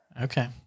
Okay